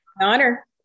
honor